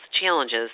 challenges